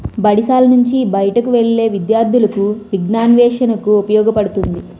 బడిశాల నుంచి బయటకు వెళ్లే విద్యార్థులకు విజ్ఞానాన్వేషణకు ఉపయోగపడుతుంది